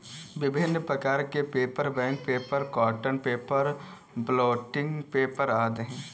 विभिन्न प्रकार के paper, bank paper, cotton paper, blotting paper आदि हैं